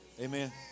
Amen